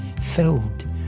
filled